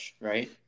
right